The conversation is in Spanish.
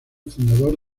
fundador